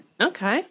Okay